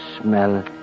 smell